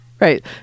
Right